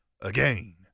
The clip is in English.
again